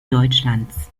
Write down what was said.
deutschlands